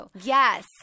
Yes